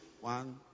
one